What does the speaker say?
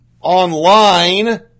Online